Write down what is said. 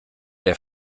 der